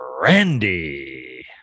Randy